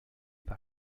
par